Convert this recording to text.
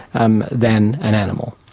um than an animal.